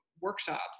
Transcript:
workshops